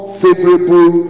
favorable